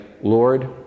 Lord